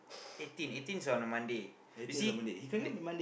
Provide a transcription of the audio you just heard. eighteen eighteen's on a Monday you see